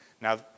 Now